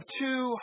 two